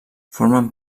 formen